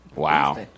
Wow